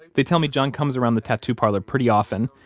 they tell me john comes around the tattoo parlor pretty often,